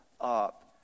up